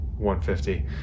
150